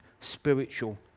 spiritual